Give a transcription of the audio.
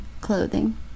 clothing